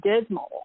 dismal